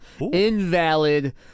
Invalid